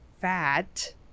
fat